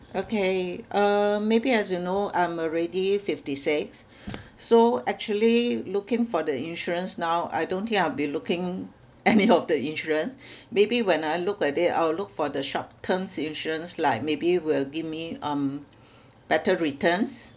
okay uh maybe as you know I'm already fifty six so actually looking for the insurance now I don't think I'll be looking any of the insurance maybe when I look at it I will look for the short terms insurance like maybe will give me um better returns